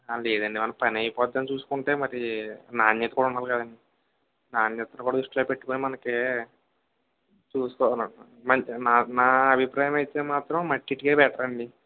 లేదండి మన పనైపోద్దని చూసుకుంటే మరీ నాణ్యత కూడా ఉండాలి కదండి నాణ్యత కూడా దృష్టిలో పెట్టుకొని మనకీ చూసుకోవాలండి మంచి నా నా అభిప్రాయం అయితే మాత్రం మట్టి ఇటుకే బెటర్ అండి